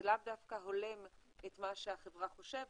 זה לאו דווקא הולם את מה החברה חושבת,